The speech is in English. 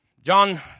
John